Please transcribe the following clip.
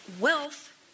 Wealth